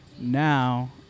Now